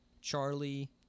Charlie